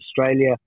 Australia